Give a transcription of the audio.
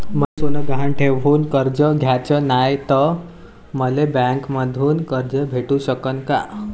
मले सोनं गहान ठेवून कर्ज घ्याचं नाय, त मले बँकेमधून कर्ज भेटू शकन का?